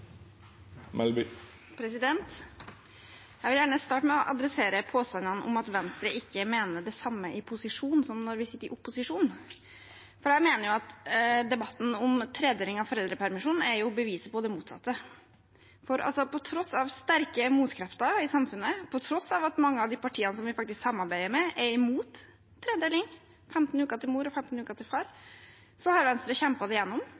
Jeg vil gjerne starte med å adressere påstandene om at Venstre ikke mener det samme i posisjon som når vi sitter i opposisjon. Jeg mener at debatten om tredeling av foreldrepermisjonen er beviset på det motsatte. På tross av sterke motkrefter i samfunnet, på tross av at mange av de partiene som vi samarbeider med, er imot tredeling – 15 uker til mor og 15 uker til far – har Venstre kjempet det gjennom,